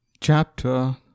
Chapter